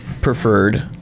preferred